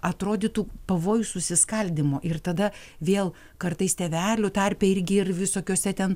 atrodytų pavojus susiskaldymo ir tada vėl kartais tėvelių tarpe irgi ir visokiuose ten